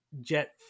Jet